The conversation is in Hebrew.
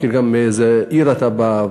יודע מאיזה עיר אתה בא,